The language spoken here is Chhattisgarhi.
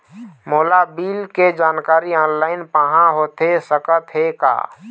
मोला बिल के जानकारी ऑनलाइन पाहां होथे सकत हे का?